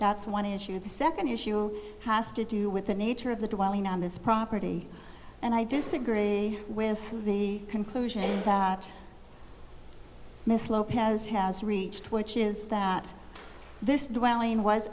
that's one issue the second issue has to do with the nature of the dwelling on this property and i disagree with the conclusion that miss lopez has reached which is that this dwelling was